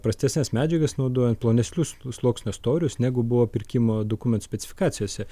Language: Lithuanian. prastesnes medžiagas naudojo plonesnius sluoksnio storius negu buvo pirkimo dokumentų specifikacijose